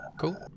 Cool